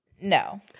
No